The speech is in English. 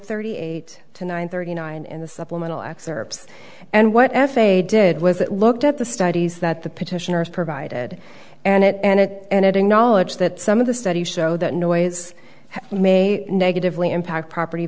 thirty eight to nine thirty nine in the supplemental excerpt and what f a did was it looked at the studies that the petitioners provided and it acknowledged that some of the studies show that noise may negatively impact property